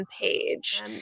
page